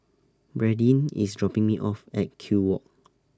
Bradyn IS dropping Me off At Kew Walk